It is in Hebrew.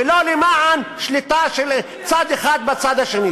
ולא למען שליטה של צד אחד בצד השני.